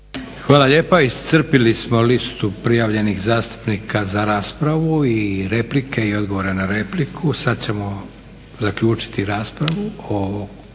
Hvala lijepa. Iscrpili smo listu prijavljenih zastupnika za raspravu i replike i odgovore na repliku. Sad ćemo zaključiti raspravu o